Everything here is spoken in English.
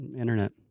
internet